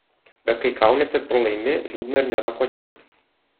bet kai kaunies ir pralaimi liūdna ir nėra kuo džiaugtis